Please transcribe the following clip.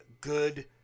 good